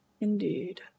Indeed